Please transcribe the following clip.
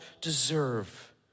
deserve